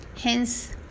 Hence